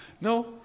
No